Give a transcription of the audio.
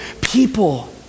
people